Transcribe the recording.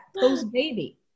post-baby